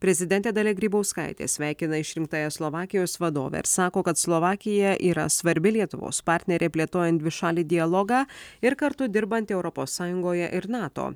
prezidentė dalia grybauskaitė sveikina išrinktąją slovakijos vadovę ir sako kad slovakija yra svarbi lietuvos partnerė plėtojant dvišalį dialogą ir kartu dirbant europos sąjungoje ir nato